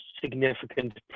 significant